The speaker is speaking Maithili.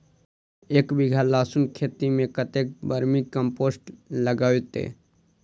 एक बीघा लहसून खेती मे कतेक बर्मी कम्पोस्ट लागतै?